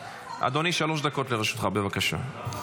אדוני, שלוש דקות לרשותך, בבקשה.